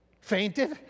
Fainted